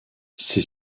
ces